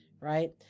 right